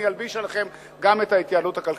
אני אלביש עליכם גם את ההתייעלות הכלכלית.